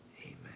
Amen